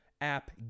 app